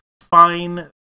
fine